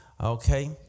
Okay